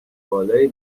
بالایی